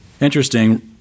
Interesting